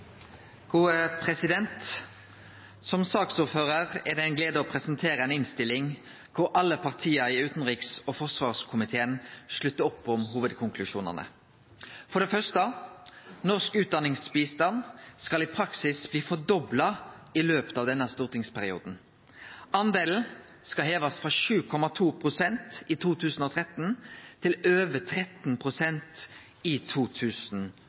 det ei glede å presentere ei innstilling der alle partia i utanriks- og forsvarskomiteen sluttar opp om hovudkonklusjonane. For det første: Norsk utdanningsbistand skal i praksis bli fordobla i løpet av denne stortingsperioden. Delen til utdanningsbistand skal hevast frå 7,2 pst. i 2013 til over 13 pst. i